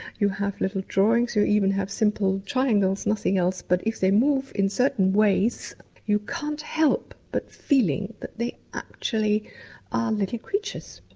you have little drawings, you even have simple triangles, nothing else, but if they move in certain ways you can't help but feel that they actually are little creatures.